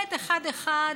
באמת אחד-אחד.